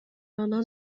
آنان